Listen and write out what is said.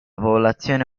popolazione